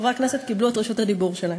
חברי הכנסת קיבלו את רשות הדיבור שלהם.